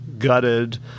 gutted